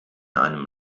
einem